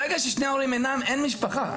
ברגע ששני ההורים אינם אין משפחה.